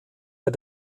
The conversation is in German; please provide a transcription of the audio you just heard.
der